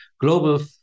Global